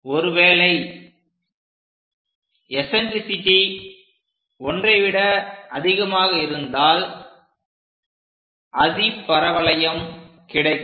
ஒருவேளை எசன்ட்ரிசிட்டி ஒன்றை விட அதிகமாக இருந்தால் அதிபரவளையம் கிடைக்கும்